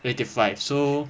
fifty five so